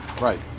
Right